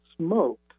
smoked